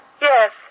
Yes